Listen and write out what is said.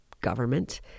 government